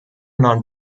non